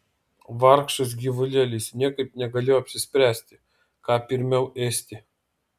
vargšas gyvulėlis niekaip negalėjo apsispręsti ką pirmiau ėsti